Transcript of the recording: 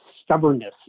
stubbornness